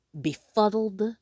befuddled